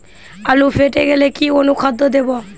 আলু ফেটে গেলে কি অনুখাদ্য দেবো?